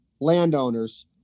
landowners